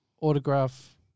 Autograph